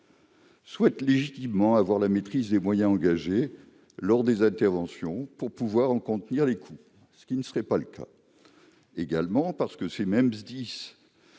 souhaitent légitimement avoir la maîtrise des moyens engagés lors des interventions pour en contenir les coûts, ce qui ne serait pas le cas avec la mesure